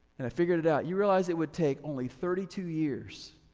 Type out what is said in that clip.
and i figured it out. you realize it would take only thirty two years